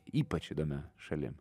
ypač įdomia šalim